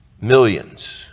millions